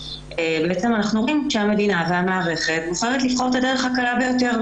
בעצם אנחנו רואים שהמדינה והמערכת בוחרים בדרך הקלה ביותר,